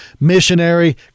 missionary